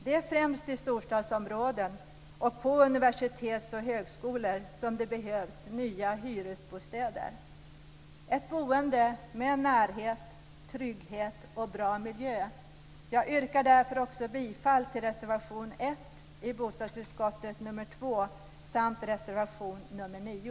Det är främst i storstadsområden och på universitets och högskoleorter som det behövs nya hyresbostäder - ett boende med närhet, trygghet och bra miljö. Jag yrkar därför bifall även till reservationerna 1